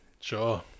Sure